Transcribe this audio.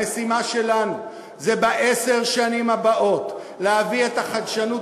המשימה שלנו היא בעשר שנים הבאות להביא את החדשנות